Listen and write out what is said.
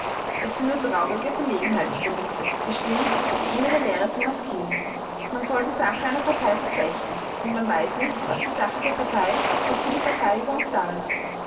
es sind nur traurige verlegenheitsprodukte bestimmt die innere leere zu maskieren man soll die sache einer partei verfechten und man weiß nicht was die sache der partei wozu die partei überhaupt da ist